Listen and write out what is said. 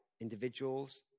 individuals